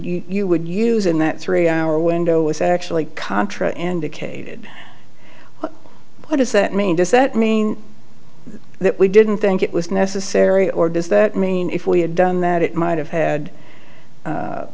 you would use in that three hour window is actually contra and decayed what does that mean does that mean that we didn't think it was necessary or does that mean if we had done that it might have had